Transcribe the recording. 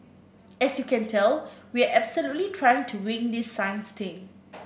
as you can tell we are absolutely trying to wing this science thing